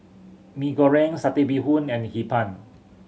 Mee Goreng Satay Bee Hoon and Hee Pan